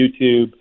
YouTube